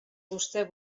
vostè